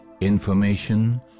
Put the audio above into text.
Information